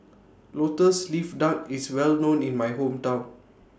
Lotus Leaf Duck IS Well known in My Hometown